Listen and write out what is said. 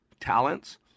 talents